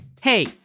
Hey